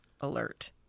alert